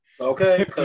okay